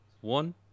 one